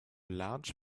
large